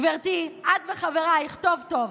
גברתי, את וחברייך, טוב טוב: